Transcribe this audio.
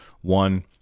one